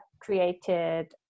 created